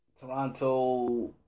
Toronto